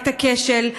את הכשל?